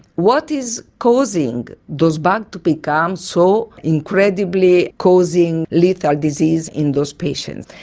what is causing those bugs to become so incredibly causing lethal disease in those patients?